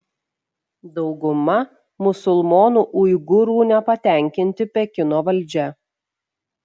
dauguma musulmonų uigūrų nepatenkinti pekino valdžia